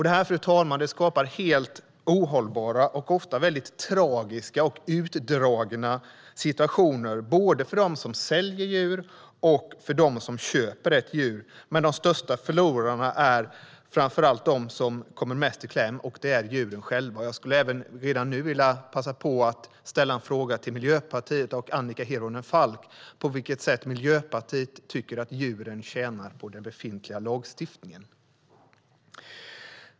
Detta, fru talman, skapar helt ohållbara och ofta väldigt tragiska och utdragna situationer, både för dem som säljer djur och för dem som köper ett djur. Men de största förlorarna är de som kommer mest i kläm, nämligen djuren själva. Jag vill passa på att ställa en fråga till Miljöpartiet och Annika Hirvonen Falk: På vilket sätt tycker Miljöpartiet att djuren tjänar på den befintliga lagstiftningen?